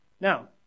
Now